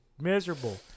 miserable